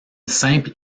simple